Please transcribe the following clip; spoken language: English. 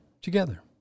together